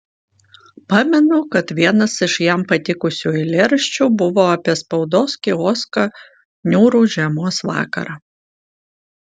pamenu kad vienas iš jam patikusių eilėraščių buvo apie spaudos kioską niūrų žiemos vakarą